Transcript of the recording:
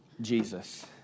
Jesus